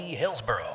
Hillsboro